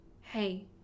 hey